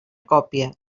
còpia